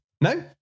No